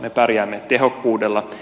me pärjäämme tehokkuudella